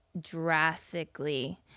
drastically